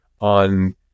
on